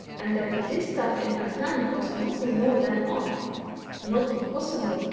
and that the distaif in her hand was nothing more than odd not impossible!